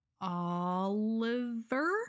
oliver